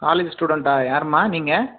college ஸ்டூடண்ட்டா யாரும்மா நீங்கள்